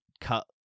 cut